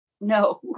No